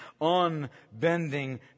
Unbending